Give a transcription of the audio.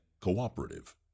cooperative